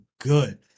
good